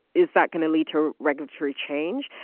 is that going to lead to regulatory change?